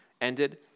ended